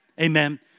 Amen